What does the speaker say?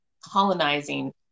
colonizing